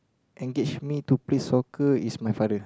engage me to play soccer is my father